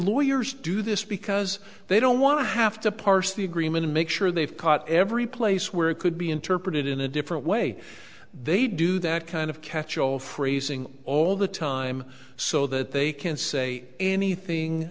lawyers do this because they don't want to have to parse the agreement to make sure they've caught every place where it could be interpreted in a different way they do that kind of catchall phrasing all the time so that they can say anything